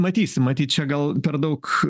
matysim matyt čia gal per daug